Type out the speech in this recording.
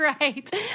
Right